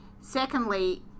Secondly